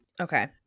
Okay